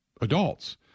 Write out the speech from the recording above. adults